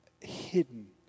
hidden